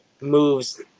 moves